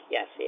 Yes